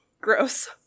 gross